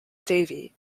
davey